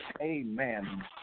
amen